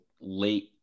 late